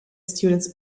students